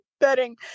bedding